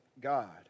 God